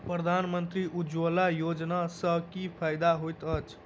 प्रधानमंत्री उज्जवला योजना सँ की फायदा होइत अछि?